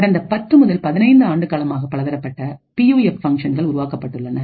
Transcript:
கடந்த 10 முதல் 15 ஆண்டுகாலமாக பலதரப்பட்ட பியூஎஃப் ஃபங்க்ஷன்கள் உருவாக்கப்பட்டுள்ளன